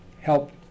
help